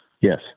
yes